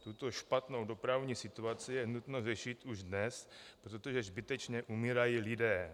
Tuto špatnou dopravní situaci je nutno řešit už dnes, protože zbytečně umírají lidé.